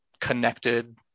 connected